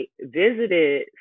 visited